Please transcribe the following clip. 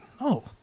No